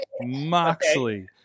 Moxley